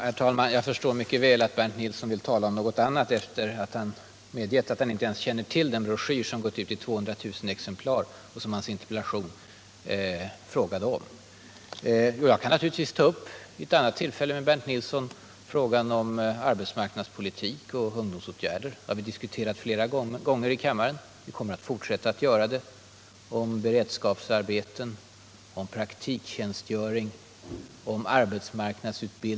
Herr talman! Jag förstår mycket väl att Bernt Nilsson vill tala om något annat sedan han medgett att han inte alls känner till den broschyr som gått ut i 200 000 exemplar och som han frågat om i sin interpellation. Jag kan naturligtvis vid ett annat tillfälle med Bernt Nilsson ta upp frågan om arbetsmarknadspolitik, om ungdomsåtgärder, om beredskapsarbeten, om praktiktjänstgöring, om arbetsmarknadsutbildning, om sättet att stärka det svenska näringslivet så att man kan få fram flera jobb.